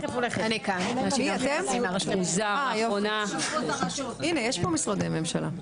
הנה יש פה משרדי ממשלה.